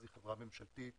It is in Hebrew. נתג"ז היא חברה ממשלתית